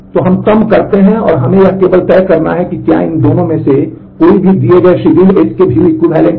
तो हम कम करते हैं और अब हमें केवल यह तय करना है कि क्या इन दोनों में से कोई भी दिए गए शेड्यूल S के view equivalent है